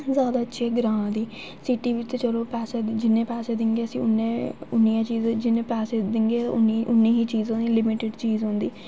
जादा चीज़ ग्रांऽ दी सिटी बिच ते चलो पैसे दिंदे जि'न्ने पैसे दिंदे उ'न्ने उ'न्नियां चीज़ां जि'न्ने पैसे देगे उ'न्नी उ'न्नी चीज़ तोहें ई लिमिटेड चीज़ होंदी